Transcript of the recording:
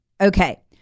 Okay